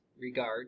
regard